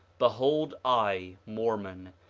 behold i, mormon,